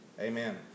amen